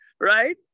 right